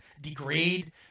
degrade